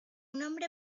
nombre